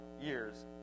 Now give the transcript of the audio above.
years